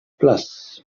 plas